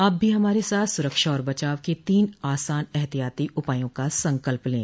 आप भी हमारे साथ सुरक्षा और बचाव के तीन आसान एहतियाती उपायों का संकल्पए लें